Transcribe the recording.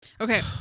Okay